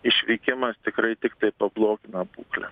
išvykimas tikrai tiktai pablogina būklę